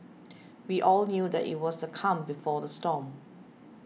we all knew that it was the calm before the storm